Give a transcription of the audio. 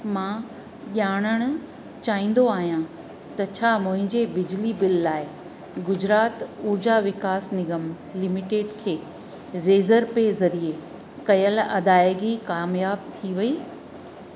मां ॼाणण चाहिंदो आहियां त छा मुंहिंजे बिजली बिल लाइ गुजरात ऊर्जा विकास निगम लिमिटेड खे रेज़रपे ज़रीए कयल अदायगी कामयाब थी वई